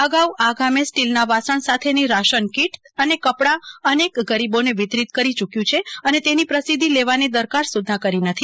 અગાઉ આ ગામે સ્ટીલના વાસણ સાથેની રાશન કીટ અને ક્પડા અનેક ગરીબો ને વિતરીત કરી યુક્વુ છે અને તેની પ્રસિઘ્ધિ લેવાની દરકાર સુધ્ધા કરી નથી